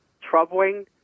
troubling